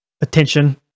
attention